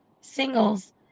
singles